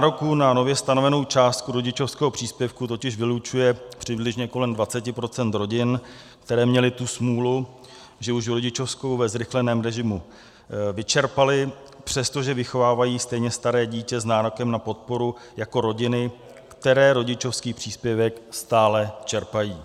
Z nároků na nově stanovenou částku rodičovského příspěvku totiž vylučuje přibližně kolem dvaceti procent rodin, které měly tu smůlu, že už rodičovskou ve zrychleném režimu vyčerpaly, přestože vychovávají stejně staré dítě s nárokem na podporu jako rodiny, které rodičovský příspěvek stále čerpají.